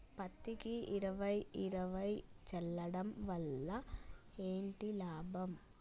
పత్తికి ఇరవై ఇరవై చల్లడం వల్ల ఏంటి లాభం?